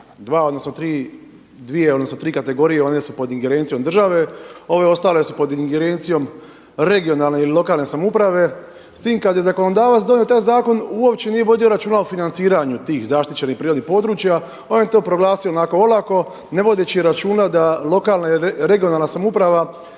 područja, dvije odnosno tri kategorije one su pod ingerencijom države, ove ostale su pod ingerencijom regionalne ili lokalne samouprave. S time kada je zakonodavac donio taj zakon uopće nije vodio računa o financiranju tih zaštićenih prirodnih područja, on je to proglasio onako olako ne vodeći računa da lokalna i regionalna samouprava